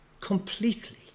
completely